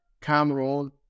Cameroon